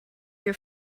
your